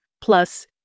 plus